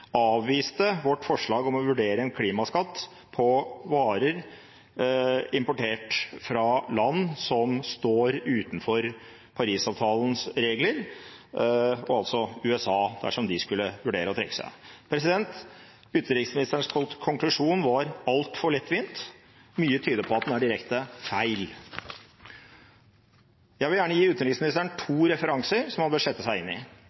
avviste vårt forslag om å vurdere en klimaskatt på varer importert fra land som står utenfor Parisavtalens regler – og altså USA, dersom de skulle vurdere å trekke seg. Utenriksministerens konklusjon var altfor lettvinn. Mye tyder på at den er direkte feil. Jeg vil gjerne gi utenriksministeren to referanser som han bør sette seg inn i.